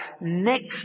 next